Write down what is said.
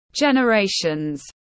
generations